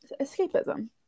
escapism